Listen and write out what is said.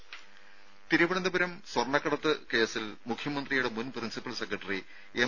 രും തിരുവനന്തപുരം സ്വർണ്ണക്കടത്ത് കേസിൽ മുഖ്യമന്ത്രിയുടെ മുൻ പ്രിൻസിപ്പൽ സെക്രട്ടറി എം